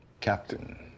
Captain